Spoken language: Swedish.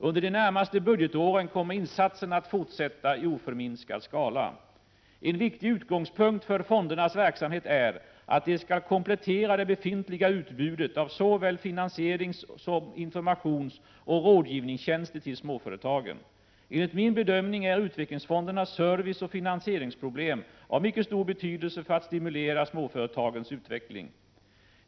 Under de närmaste budgetåren kommer insatserna att fortsätta i oförminskad skala. En viktig utgångspunkt för fondernas verksamhet är att de skall komplettera det befintliga utbudet av såväl finanseringssom informationsoch rådgivningstjänster till småföretagen. Enligt min bedömning är utvecklingsfondernas serviceoch finanseringsprogram av en mycket stor betydelse för att stimulera småföretagens utveckling.